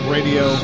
Radio